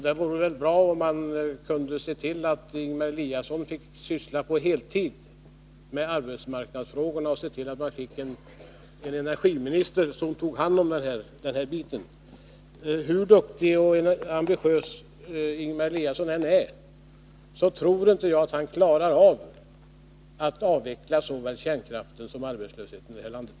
Det vore väl bra om man kunde se till att Ingemar Eliasson fick syssla på heltid med arbetsmarknadsfrågorna och om man fick en energiminister som tog hand om den biten. Hur duktig och ambitiös Ingemar Eliasson än är, tror jag inte att han klarar av att avveckla såväl kärnkraften som arbetslösheten här i landet.